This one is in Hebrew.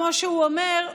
כמו שהוא אומר,